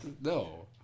No